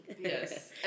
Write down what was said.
Yes